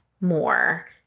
more